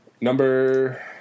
number